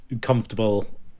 comfortable